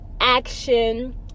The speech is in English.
action